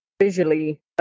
visually